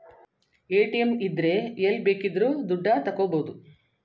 ATM ಇದ್ರೆ ಎಲ್ಲ್ ಬೇಕಿದ್ರು ದುಡ್ಡ ತಕ್ಕಬೋದು